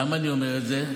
למה אני אומר את זה?